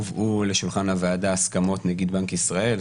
הובאו לשולחן הוועדה הסכמות נגיד בנק ישראל,